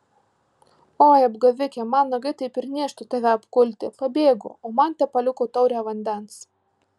oi apgavike man nagai taip ir niežti tave apkulti pabėgo o man tepaliko taurę vandens